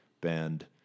band